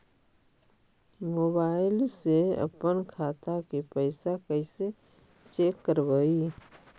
Mobile से अपन खाता के पैसा कैसे चेक करबई?